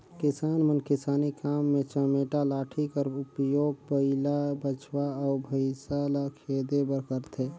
किसान मन किसानी काम मे चमेटा लाठी कर उपियोग बइला, बछवा अउ भइसा ल खेदे बर करथे